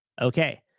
Okay